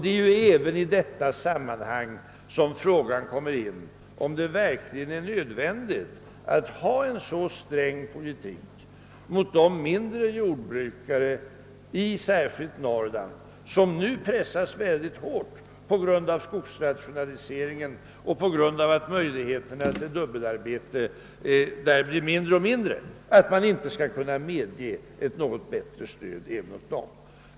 Det är i detta sammanhang man frågar sig, om 'det verkligen är nödvändigt att föra en så sträng politik mot de mindre jordbrukare särskilt i Norrland, vilka nu pressas mycket hårt på grund av skogsrationaliseringen och minskade möjligheter till dubbelarbete, att man inte skall kunna medge ett något bättre stöd även åt dem.